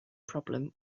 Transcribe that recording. problem